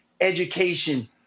education